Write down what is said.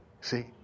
See